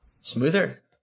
smoother